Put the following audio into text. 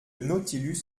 nautilus